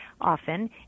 often